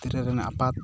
ᱜᱤᱫᱽᱨᱟᱹᱨᱮᱱ ᱟᱯᱟᱛ